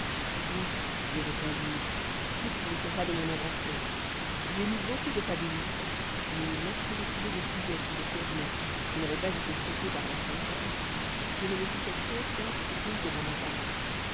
oui lui répondis-je toutes ne sont pas de mon invention j'ai lu beaucoup de fabulistes et lorsque j'ai trouvé des sujets qui me convenoient qui n'a voient pas été traités par la fontaine je ne me suis fait aucun scrupule de m'en emparer